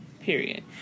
Period